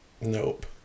nope